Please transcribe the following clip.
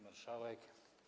Marszałek!